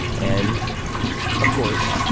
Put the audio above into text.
and of course,